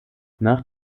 nach